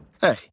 Hey